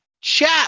chat